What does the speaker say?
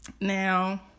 Now